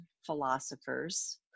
philosophers